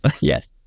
yes